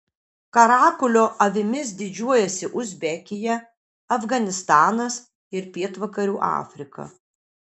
karakulio avimis didžiuojasi uzbekija afganistanas ir pietvakarių afrika